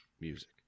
music